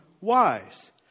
wise